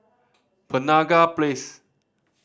Penaga Place